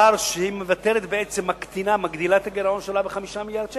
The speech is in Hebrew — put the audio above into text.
היא מגדילה את הגירעון שלה ב-5 מיליארדי שקל.